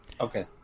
Okay